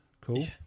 Cool